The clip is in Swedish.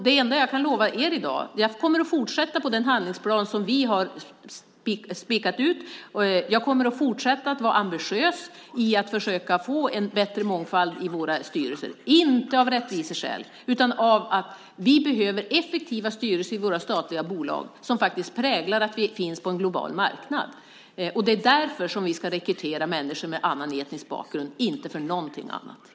Det enda jag kan lova er i dag är att jag kommer att fortsätta på den handlingsplan som vi har spikat upp. Jag kommer att fortsätta att vara ambitiös när det gäller att försöka få en bättre mångfald i våra styrelser, inte av rättviseskäl utan för att vi behöver effektiva styrelser i våra statliga bolag som faktiskt präglas av att vi finns på en global marknad. Det är därför som vi ska rekrytera människor med annan etnisk bakgrund, inte av något annat skäl.